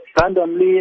randomly